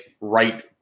right